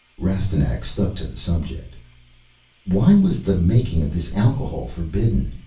rastignac stuck to the subject why was the making of this alcohol forbidden?